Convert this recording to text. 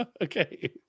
Okay